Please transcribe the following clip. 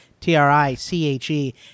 T-R-I-C-H-E